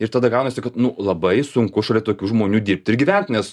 ir tada gaunasi kad nu labai sunku šalia tokių žmonių dirbti ir gyvent nes